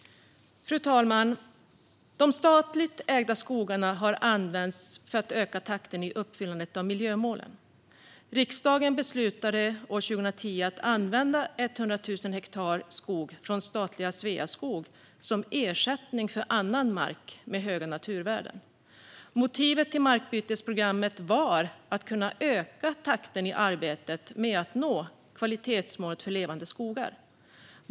Fru talman! De statligt ägda skogarna har använts för att öka takten i uppfyllandet av miljömålen. Riksdagen beslutade 2010 att använda 100 000 hektar skog från statliga Sveaskog som ersättning för annan mark med höga naturvärden. Motivet till markbytesprogrammet var att kunna öka takten i arbetet med att nå miljökvalitetsmålet Levande skogar.